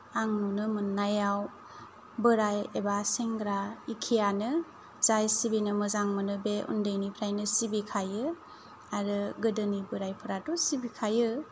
आं नुनो मोननायाव एखेयानो जाय सिबिनो मोजां मोनो बे उन्दैनिफ्रायो सिबिखायो आरो गोदोनि बोरायफोराथ' सिबिखायो